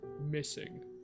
missing